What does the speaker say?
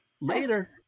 Later